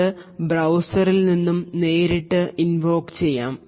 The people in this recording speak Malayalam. ഇതു ബ്രൌസറിൽ നിന്നും നേരിട്ട് ഇൻവോക് ചെയ്യാം